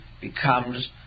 becomes